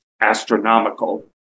astronomical